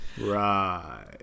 right